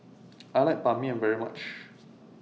I like Ban Mian very much